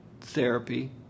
therapy